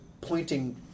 pointing